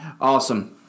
Awesome